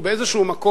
הוא באיזה מקום,